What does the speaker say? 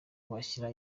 bashyira